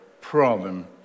problem